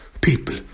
people